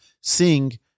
Sing